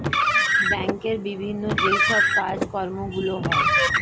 ব্যাংকের বিভিন্ন যে সব কাজকর্মগুলো হয়